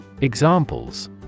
Examples